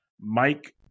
Mike